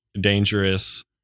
Dangerous